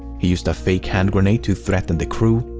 he used a fake hand-grenade to threaten the crew.